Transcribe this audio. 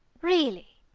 really?